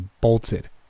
bolted